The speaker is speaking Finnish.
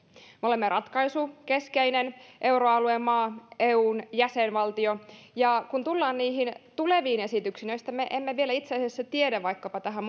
me olemme ratkaisukeskeinen euroalueen maa ja eun jäsenvaltio ja kun tullaan niihin tuleviin esityksiin niin me emme itse asiassa vielä tiedä vaikkapa tähän